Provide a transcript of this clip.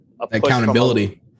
accountability